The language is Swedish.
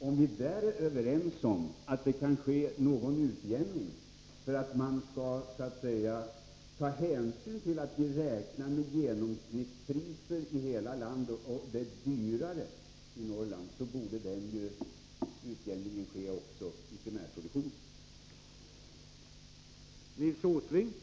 Om vi är överens om att det kan ske någon utjämning, att man skall ta hänsyn till att vi räknar med genomsnittspriser i hela landet och att det är dyrare i Norrland, borde vi också vara överens om att den utjämningen kan ske även i primärproduktionen.